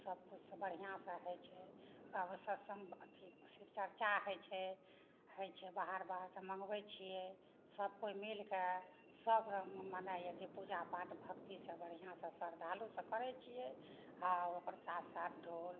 सबकिछु बढ़िआँसँ होइत छै आब सत्सङ्ग अथी शिव चर्चा होइत छै होइत छै बाहर बाहरसँ मँगबैत छियै सब केओ मिल कऽ सब रङ्ग मनाए पूजापाठ भक्तिसँ बढ़िआँसँ श्रद्धालुसँ करैत छियै हाँ ओकर साथ साथ ढोल